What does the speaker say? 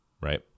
right